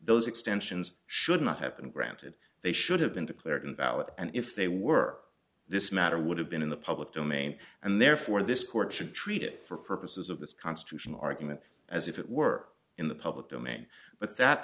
those extensions should not have been granted they should have been declared invalid and if they work this matter would have been in the public domain and therefore this court should treat it for purposes of this constitutional argument as if it were in the public domain but that